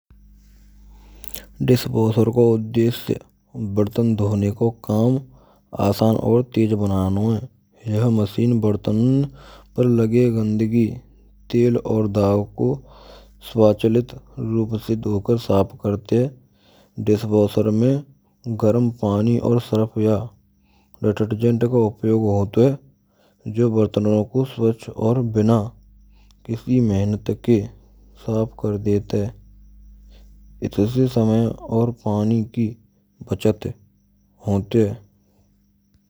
Dish washer ko udeshya baartan dhone ko kam aasaan aur teej banano hay. Yah machine baartan par lage gandage tel aur daav ko svachchhalit roop se dhokar saaph karate hain. Dish washer mein garm paanee aur sarph ya detergent ka upayog hoto hain. Jo bartanon ko svachchh aur bina kisee mehanat ke saaph kar dete hain. Ithi smay pani ki bchat hoat hay.